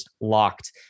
locked